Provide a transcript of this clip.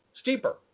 steeper